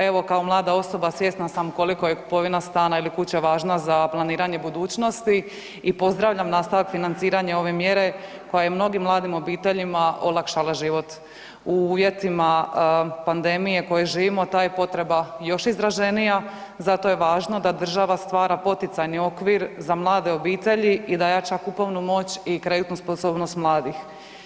Evo kao mlada osoba svjesna sam koliko je kupovina stana ili kuće važna za planiranje budućnosti i pozdravljam nastavak financiranja ove mjere koja je mnogim mladim obiteljima olakšala život u uvjetima pandemije koje živimo ta je potreba još izraženija zato je važno da država stvara poticajni okvir za mlade obitelji i da jača kupovnu moć i kreditnu sposobnost mladih.